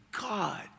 God